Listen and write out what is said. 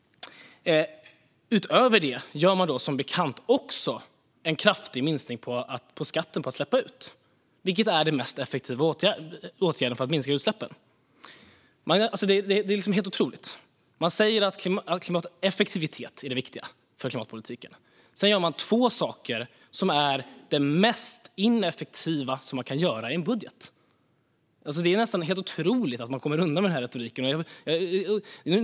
Utöver detta gör man, som bekant, också en kraftig minskning på skatten på att släppa ut, vilket är den mest effektiva åtgärden för att minska utsläppen. Det är helt otroligt! Man säger att effektivitet är viktigt för klimatpolitiken. Sedan gör man två saker som är det mest ineffektiva man kan göra i en budget. Det är nästan helt otroligt att man kommer undan med den retoriken.